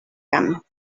camp